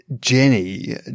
Jenny